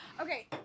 Okay